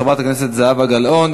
חברת הכנסת זהבה גלאון,